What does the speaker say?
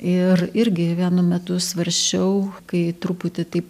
ir irgi vienu metu svarsčiau kai truputį taip